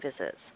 visits